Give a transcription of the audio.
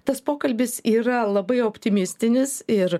tas pokalbis yra labai optimistinis ir